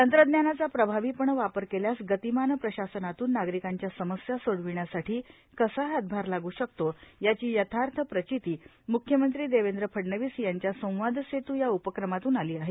तंत्रज्ञानाचा प्रभावीपणे वापर केल्यास गतिमान प्रशासनातून नागरिकांच्या समस्या सोडविण्यासाठी कसा हातभार लागू शकतो याची यथार्थ प्रचिती मूख्यमंत्री देवेंद्र फडणवीस यांच्या संवादसेतू या उपक्रमातून आली आहे